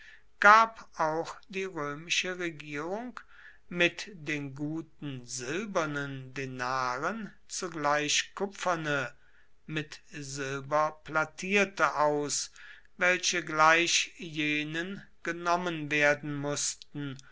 gab auch die römische regierung mit den guten silbernen denaren zugleich kupferne mit silber plattierte aus welche gleich jenen genommen werden mußten